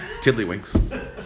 tiddlywinks